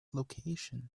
location